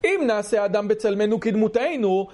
אם נעשה אדם בצלמנו כדמותינו